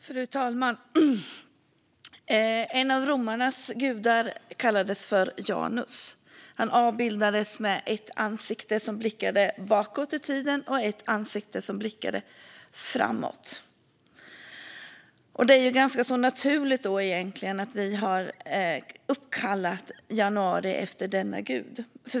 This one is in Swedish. Fru talman! En av romarnas gudar kallades för Janus. Han avbildades med ett ansikte som blickade bakåt i tiden och ett ansikte som blickade framåt. Det är ganska naturligt att vi har uppkallat januari efter denna gud.